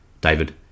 David